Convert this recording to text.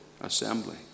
assembly